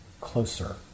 closer